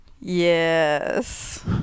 Yes